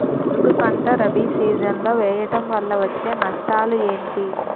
చెరుకు పంట రబీ సీజన్ లో వేయటం వల్ల వచ్చే నష్టాలు ఏంటి?